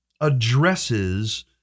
addresses